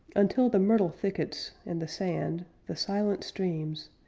until the myrtle thickets and the sand, the silent streams,